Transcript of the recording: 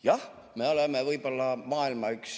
Jah, me oleme võib-olla maailmas üks